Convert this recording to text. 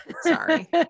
sorry